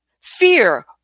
Fear